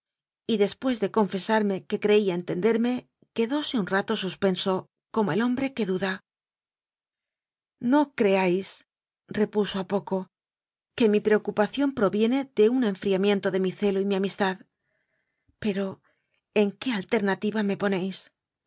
y des pués de confesarme que creía entenderme quedóse un rato suspenso como el hombre que duda no creáisrepuso a pocoque mi preocupación pro viene de un enfriamiento de mi celo y mi amistad pero en qué alternativa me ponéis